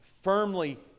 firmly